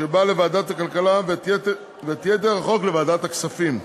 שבה לוועדת הכלכלה ואת יתר החוק, לוועדת הכספים.